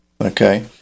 Okay